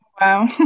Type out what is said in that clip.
wow